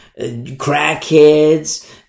crackheads